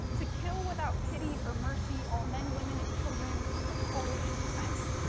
to kill without pity or mercy all men, women, and children of polish descent.